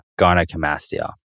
gynecomastia